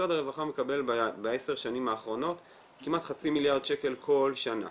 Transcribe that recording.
משרד הרווחה מקבל ב-10 שנים האחרונות כמעט חצי מיליארד שקל כל שנה